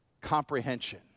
comprehension